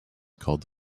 called